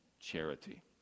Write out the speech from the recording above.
charity